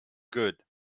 good